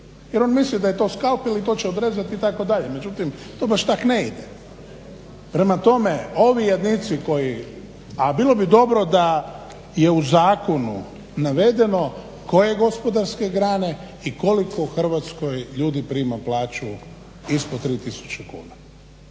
jer on misli da je to skalpel i to će odrezati itd. međutim to baš tako ne ide. Prema tome ovi jadnici koji a bilo bi dobro da je u zakonu navedeno koje gospodarske grane i koliko ljudi u Hrvatskoj prima plaću ispod 3 tisuće kuna.